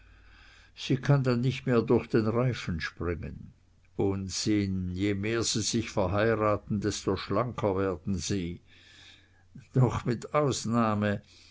sie kann dann nicht mehr durch den reifen springen unsinn je mehr sie sich verheiraten desto schlanker werden sie doch mit ausnahme